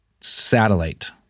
satellite